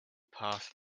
passed